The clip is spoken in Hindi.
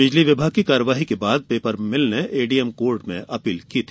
बिजली विभाग की कार्यवाही के बाद पेपर मिल ने एडीएम कोर्ट में अपील की थी